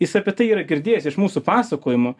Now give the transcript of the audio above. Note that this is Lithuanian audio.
jis apie tai yra girdėjęs iš mūsų pasakojimų